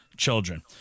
children